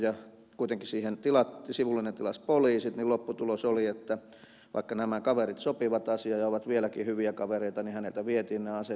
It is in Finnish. kuitenkin siihen sivullinen tilasi poliisit ja lopputulos oli että vaikka nämä kaverit sopivat asian ja ovat vieläkin hyviä kavereita niin häneltä vietiin nämä aseet